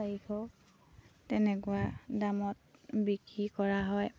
চাৰিশ তেনেকুৱা দামত বিক্ৰী কৰা হয়